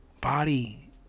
body